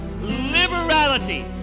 liberality